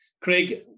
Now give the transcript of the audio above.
craig